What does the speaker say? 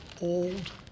old